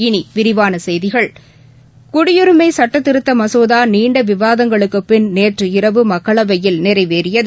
இனி விரிவான செய்திகள் குடியுரிமை சட்டத்திருத்த மசோதா நீண்ட விவாதங்களுக்கு பிள் நேற்று இரவு மக்களவையில் நிறைவேறியது